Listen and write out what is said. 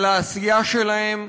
על העשייה שלהם,